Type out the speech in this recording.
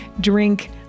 drink